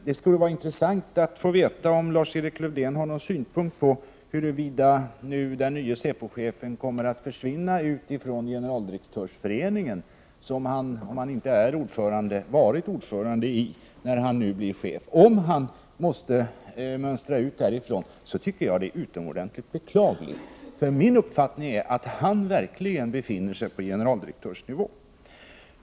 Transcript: Det skulle vara intressant att få veta om Lars-Erik Lövdén har någon mening om buruvida den nye säpochefen kommer att försvinna ut ur Generaldirektörsföreningen, som han i varje fall varit ordförande för, om han inte är det. Om han måste mönstra ut därifrån tycker jag det är utomordentligt beklagligt. Min uppfattning är att han verkligen befinner sig på generaldirektörsnivå.